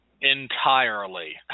Entirely